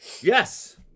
Yes